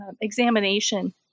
examination